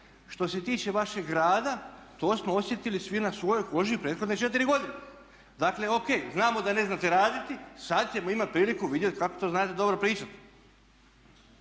Što se tiče vašeg rada to smo osjetili svi na svojoj koži u prethodne četiri godine. Dakle ok, znamo da ne znate raditi, sad ćemo imati priliku vidjeti kako to znate dobro pričati.